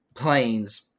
planes